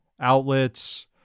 outlets